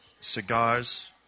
Cigars